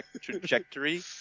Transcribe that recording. trajectory